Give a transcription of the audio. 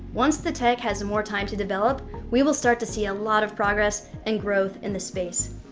once the tech has more time to develop, we will start to see a lot of progress and growth in the space.